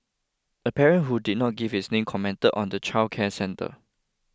a parent who did not give his name commented on the childcare centre